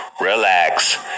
relax